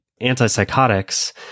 antipsychotics